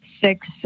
six